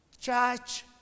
Church